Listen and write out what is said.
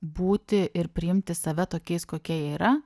būti ir priimti save tokiais kokie jie yra